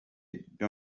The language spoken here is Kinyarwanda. byo